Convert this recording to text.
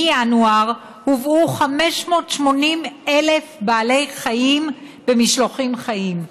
מינואר, הובאו 580,000 בעלי חיים במשלוחים חיים.